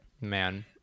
man